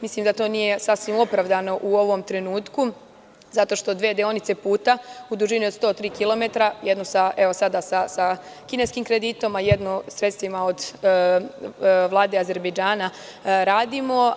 Mislim da to nije sasvim opravdano u ovom trenutku zato što dve deonice puta u dužini od 103 kilometara, jedno sada sa kineskim kreditom, a jedno sredstvima od Vlade Azerbejdžana radimo.